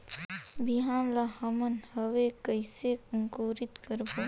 बिहान ला हमन हवे कइसे अंकुरित करबो?